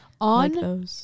On